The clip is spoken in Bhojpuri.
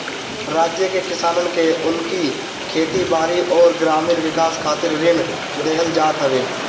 राज्य के किसानन के उनकी खेती बारी अउरी ग्रामीण विकास खातिर ऋण देहल जात हवे